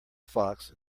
fox